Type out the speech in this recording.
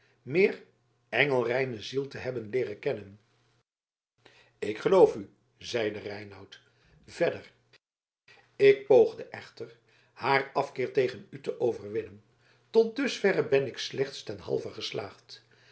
meer engelreine ziel te hebben leeren kennen ik geloof u zeide reinout verder ik poogde echter haar afkeer tegen u te overwinnen tot dusverre ben ik slechts ten halve geslaagd